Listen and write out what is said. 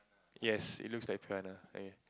yes it looks like piranha okay